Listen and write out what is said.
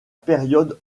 période